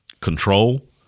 control